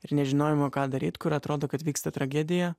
ir nežinojimo ką daryt kur atrodo kad vyksta tragedija